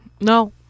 No